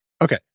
Okay